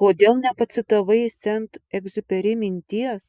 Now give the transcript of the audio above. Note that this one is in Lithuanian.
kodėl nepacitavai sent egziuperi minties